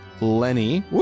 Lenny